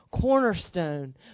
cornerstone